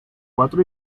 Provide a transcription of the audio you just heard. cuatro